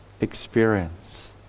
experience